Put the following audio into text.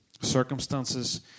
circumstances